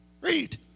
Read